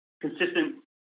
consistent